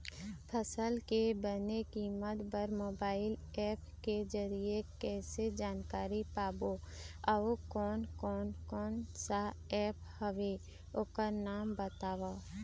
फसल के बने कीमत बर मोबाइल ऐप के जरिए कैसे जानकारी पाबो अउ कोन कौन कोन सा ऐप हवे ओकर नाम बताव?